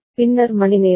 பின்னர் மணிநேரம்